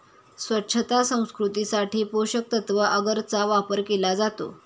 स्वच्छता संस्कृतीसाठी पोषकतत्त्व अगरचा वापर केला जातो